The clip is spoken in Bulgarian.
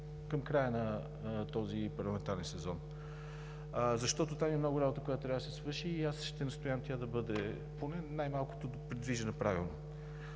към края на този парламентарен сезон, защото там има много работа, която трябва да се свърши, и аз ще настоявам тя да бъде поне придвижена правилно.